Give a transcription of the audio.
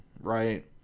right